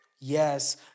Yes